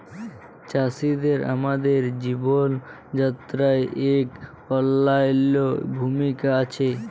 চাষীদের আমাদের জীবল যাত্রায় ইক অলল্য ভূমিকা আছে